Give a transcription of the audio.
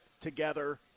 together